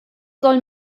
soll